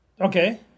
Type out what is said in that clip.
Okay